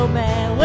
man